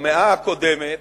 במאה הקודמת,